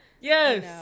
Yes